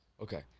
Okay